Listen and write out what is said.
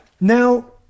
Now